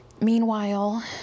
Meanwhile